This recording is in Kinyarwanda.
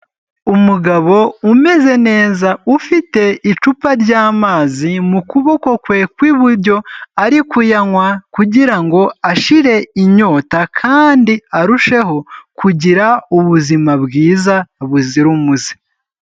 Umugabo umeze neza, ufite icupa ry'amazi mu kuboko kwe kw'iburyo, ari kuyanywa kugira ngo ashire inyota kandi arusheho kugira ubuzima bwiza buzira umuze.